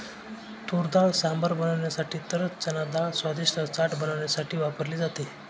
तुरडाळ सांबर बनवण्यासाठी तर चनाडाळ स्वादिष्ट चाट बनवण्यासाठी वापरली जाते